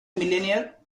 millionaire